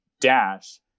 dash